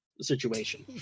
situation